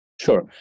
Sure